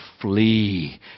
Flee